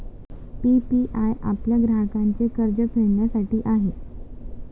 PPI आपल्या ग्राहकांचे कर्ज फेडण्यासाठी आहे